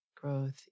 growth